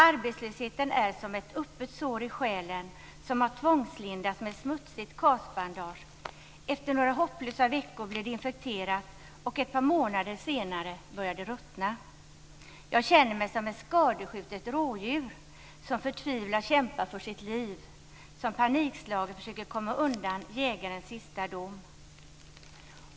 Arbetslösheten är som ett öppet sår i själen som har tvångslindats med smutsigt KAS-bandage. Efter några hopplösa veckor blir det infekterat och ett par månader senare börjar det ruttna. Jag känner mig som ett skadeskjutet rådjur som förtvivlat kämpar för sitt liv, som panikslaget försöker komma undan jägarens sista dom.